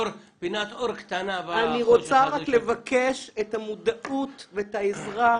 אני רוצה רק לבקש את המודעות ואת העזרה,